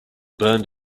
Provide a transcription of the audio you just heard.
burned